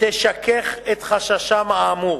תשכך את חששם האמור.